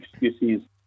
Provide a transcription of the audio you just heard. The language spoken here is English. excuses